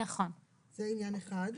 זה עניין אחד.